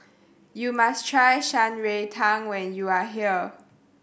you must try Shan Rui Tang when you are here